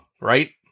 right